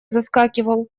заскакивал